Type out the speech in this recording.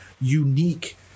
unique